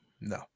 No